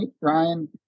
Ryan